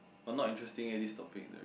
but not interesting eh this topic that very